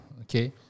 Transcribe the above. Okay